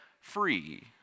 free